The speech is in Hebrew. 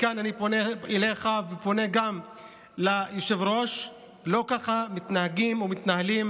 מכאן אני פונה אליך ופונה גם ליושב-ראש: לא ככה מתנהגים ומתנהלים